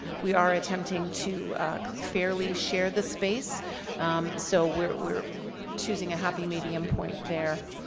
we are attempting to fairly share the space so we're choosing a happy medium point there.